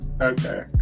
okay